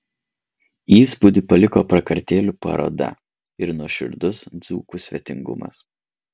įspūdį paliko prakartėlių paroda ir nuoširdus dzūkų svetingumas